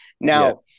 Now